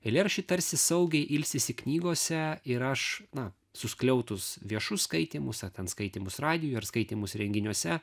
eilėraščiai tarsi saugiai ilsisi knygose ir aš na suskliautus viešus skaitymus ar ten skaitymus radijuje ar skaitymus renginiuose